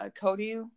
Cody